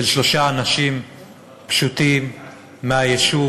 של שלושה אנשים פשוטים מהיישוב,